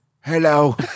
hello